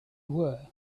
were